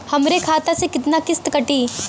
हमरे खाता से कितना किस्त कटी?